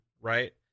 right